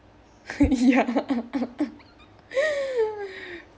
ya